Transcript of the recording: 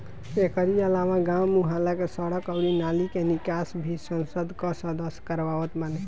एकरी अलावा गांव, मुहल्ला के सड़क अउरी नाली के निकास भी संसद कअ सदस्य करवावत बाने